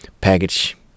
package